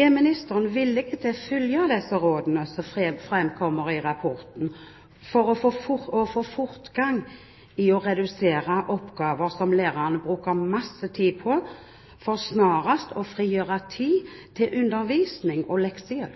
Er ministeren villig til å følge disse rådene som framkommer i rapporten, og få fortgang i å redusere oppgaver som lærerne bruker masse tid på, for snarest å frigjøre tid til